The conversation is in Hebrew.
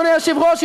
אדוני היושב-ראש,